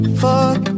fuck